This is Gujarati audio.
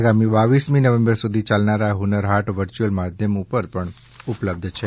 આગામી બાવીસમી નવેમ્બર સુધી ચાલનાર આ ફુન્નર હાટ વર્ચ્યુઅલ માધ્યમ ઉપર પણ ઉપલબ્ધ છે